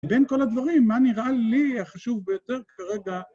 בין כל הדברים, מה נראה לי החשוב ביותר כרגע?